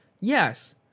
yes